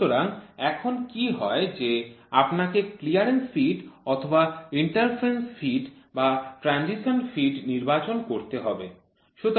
সুতরাং এখন কী হয় যে আপনাকে ক্লিয়ারেন্স ফিট অথবা ইন্টারফারেন্স ফিট বা ট্রানজিশন ফিট নির্বাচন করতে হবে